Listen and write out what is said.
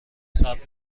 ثبت